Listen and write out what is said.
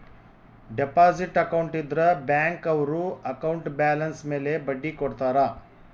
deposit account ಇದ್ರ bank ಅವ್ರು account balance ಮೇಲೆ ಬಡ್ಡಿ ಕೊಡ್ತಾರ